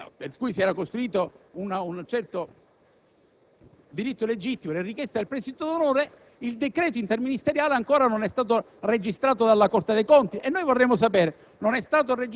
finalizzate ad onorare le richieste, per cui si era costruito un certo diritto legittimo, del prestito d'onore,